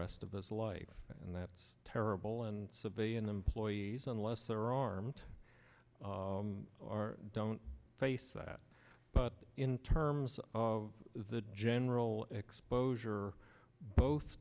rest of his life and that's terrible and civilian employees unless they're armed or don't face that but in terms of the general exposure both